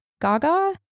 Gaga